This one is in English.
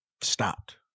stopped